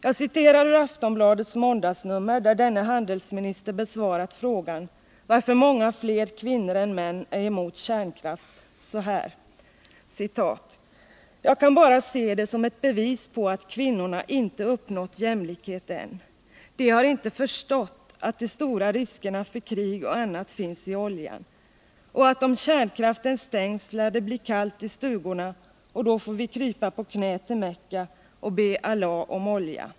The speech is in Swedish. Jag citerar ur Aftonbladets måndagsnummer, där denne handelsminister svarat så här på frågan varför många fler kvinnor än män är emot kärnkraft: ”Jag kan bara se det som ett bevis på att kvinnorna inte uppnått jämlikhet än. De har inte förstått att de stora riskerna för krig och annat finns i oljan. Och att om kärnkraften stängs lär det bli kallt i stugorna och då får vi krypa på knä till Mecka och be Allah om olja.